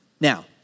Now